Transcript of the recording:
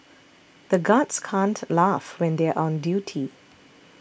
the guards can't laugh when they are on duty